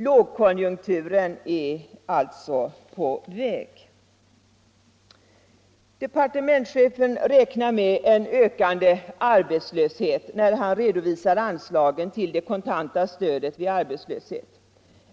Lågkonjunkturen är alltså på väg. Departementschefen räknar med en ökande arbetslöshet när han redovisar anslagen till det kontanta stödet vid arbetslöshet.